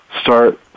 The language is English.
start